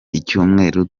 icyumweru